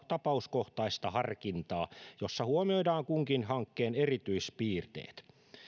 tapauskohtaista harkintaa jossa huomioidaan kunkin hankkeen erityispiirteet